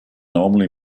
normally